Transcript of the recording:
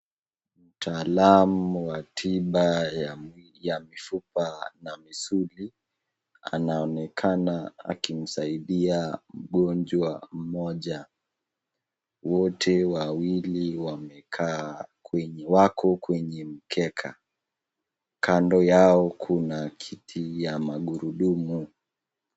Mtaalam wa tiba ya mifupa na misuli anaonekana akimsaidia mgonjwa moja. Wote wawili wamekaa, wako kwenye mkeka. Kando yao kuna kiti ya magurudumu.